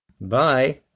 Bye